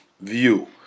view